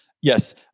yes